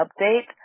update